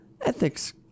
ethics